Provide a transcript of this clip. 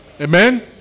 Amen